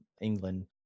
England